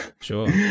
Sure